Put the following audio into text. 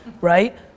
right